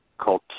called